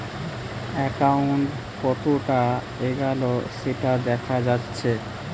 account কতোটা এগাল সেটা দেখা যাচ্ছে